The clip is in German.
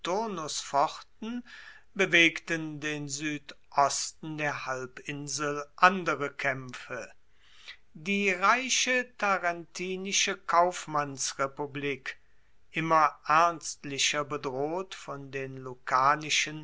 bewegten den suedosten der halbinsel andere kaempfe die reiche tarentinische kaufmannsrepublik immer ernstlicher bedroht von den